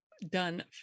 done